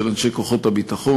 של אנשי כוחות הביטחון.